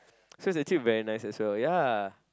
so it is actually very nice as well